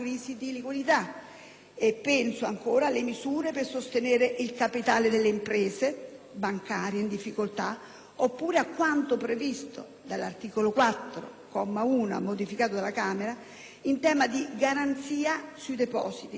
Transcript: penso alle misure per sostenere il capitale delle imprese bancarie in difficoltà; oppure a quanto previsto dall'articolo 4, comma 1, modificato dalla Camera, in tema di garanzia sui depositi, laddove si aggiunge,